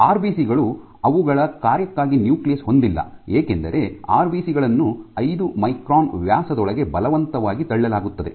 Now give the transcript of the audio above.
RBC ಗಳು ಅವುಗಳ ಕಾರ್ಯಕ್ಕಾಗಿ ನ್ಯೂಕ್ಲಿಯಸ್ ಹೊಂದಿಲ್ಲ ಏಕೆಂದರೆ ಆರ್ಬಿಸಿ ಗಳನ್ನು 5 ಮೈಕ್ರಾನ್ ವ್ಯಾಸದೊಳಗೆ ಬಲವಂತವಾಗಿ ತಳ್ಳಲಾಗುತ್ತದೆ